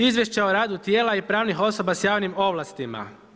Izvješće o radu tijela i pravnih osoba sa javnim ovlastima.